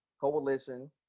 coalition